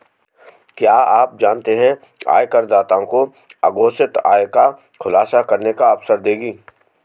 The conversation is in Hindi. क्या आप जानते है आयकरदाताओं को अघोषित आय का खुलासा करने का अवसर देगी?